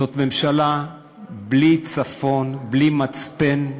זאת ממשלה בלי צפון, בלי מצפן,